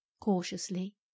cautiously